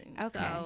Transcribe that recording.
okay